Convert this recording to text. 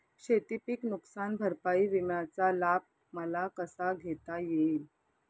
शेतीपीक नुकसान भरपाई विम्याचा लाभ मला कसा घेता येईल?